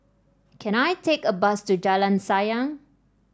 can I take a bus to Jalan Sayang